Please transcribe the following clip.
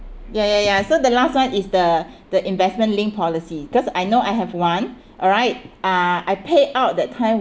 ya ya ya so the last one is the the investment linked policy cause I know I have one alright uh I pay out that time